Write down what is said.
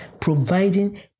providing